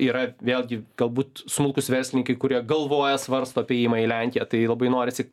yra vėlgi galbūt smulkūs verslininkai kurie galvoja svarsto apie ėjimą į lenkiją tai labai norisi